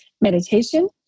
meditation